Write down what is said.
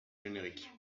génériques